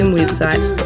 website